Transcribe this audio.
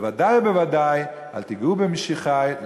ובוודאי ובוודאי אל תיגעו במשיחי,